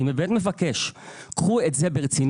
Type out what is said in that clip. אני באמת מבקש, קחו את זה ברצינות.